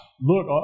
Look